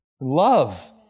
Love